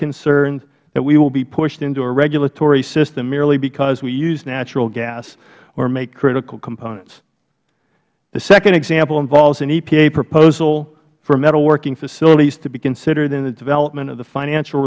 concerned that we will be pushed into a regulatory system merely because we use natural gas or make critical components the second example involves an epa proposal for metalworking facilities to be considered in the development of the financial